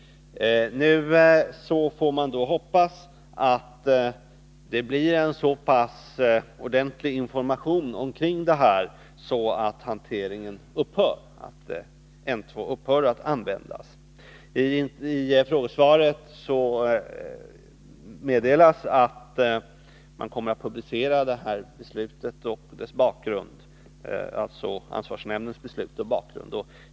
Nu får vi hoppas att informationen blir så pass ordentlig omkring detta att användningen av N-2 upphör. I frågesvaret meddelas att man kommer att publicera ansvarsnämndens beslut och dess bakgrund.